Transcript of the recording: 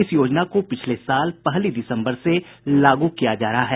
इस योजना को पिछले साल पहली दिसम्बर से लागू किया जा रहा है